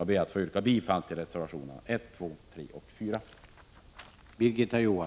Jag ber att få yrka bifall till reservationerna 1, 2, 3 och 4.